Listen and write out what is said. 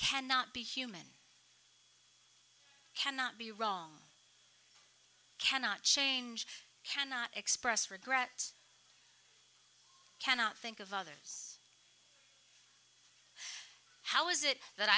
cannot be human cannot be wrong cannot change cannot express regret cannot think of others how is it that